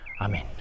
Amen